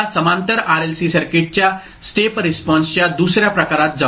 आता समांतर RLC सर्किटच्या स्टेप रिस्पॉन्सच्या दुसर्या प्रकारात जाऊ